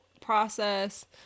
process